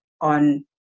on